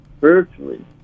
virtually